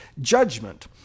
judgment